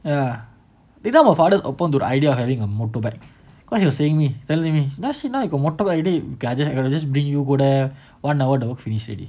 ya did you know my father is open to the idea of having a motorbike cause he was saying me telling me now see I got motorbike already I will just bring you go there one hour the work finish already